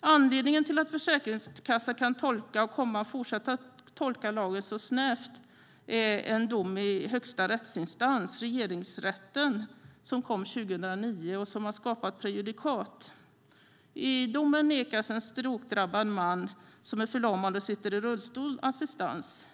Anledningen till att Försäkringskassan kan tolka lagen så snävt och kan komma att fortsätta att göra det är en dom i högsta rättsinstans, Regeringsrätten, som kom 2009 och som har skapat prejudikat. I domen nekades en strokedrabbad man som var förlamad och satt i rullstol assistans.